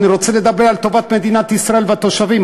אני רוצה לדבר על טובת מדינת ישראל והתושבים.